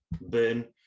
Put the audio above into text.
burn